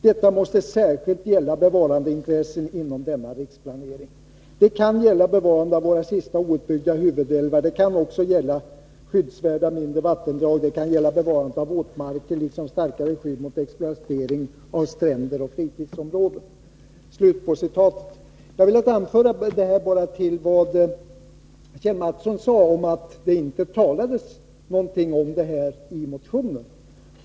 Detta måste särskilt gälla bevarandeintressen inom denna riksplanering. Det kan gälla bevarande av våra sista outbyggda huvudälvar, det kan gälla också skyddsvärda mindre vattendrag, det kan gälla bevarande av våtmarker liksom starkare skydd mot exploatering av stränder och fritidsområden.” Jag har velat anföra detta med anledning av att Kjell Mattsson sade att det inte talades någonting om den här saken i motionen.